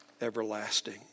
everlasting